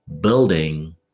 building